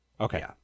Okay